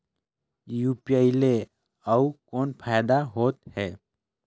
UPI ले अउ कौन फायदा होथ है?